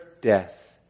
death